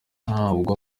ntabwo